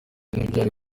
ntibyari